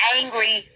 angry